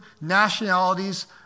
nationalities